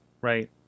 right